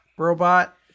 robot